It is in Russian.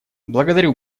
благодарю